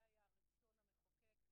זה היה רצון המחוקק.